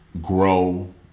grow